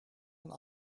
aan